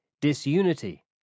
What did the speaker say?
disunity